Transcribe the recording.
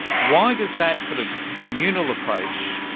why does that sort of communal approach.